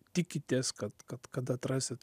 tikitės kad kad kad atrasit